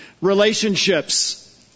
Relationships